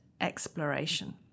exploration